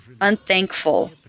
unthankful